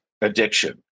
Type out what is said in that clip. addiction